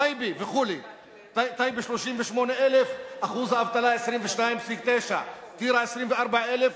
טייבה, 38,000, אחוז האבטלה 22.9%. טירה, 24,000,